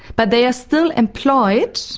but they are still employed